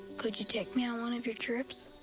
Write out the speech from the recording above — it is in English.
could you take me on one of your trips?